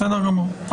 בסדר גמור.